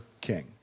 king